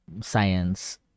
science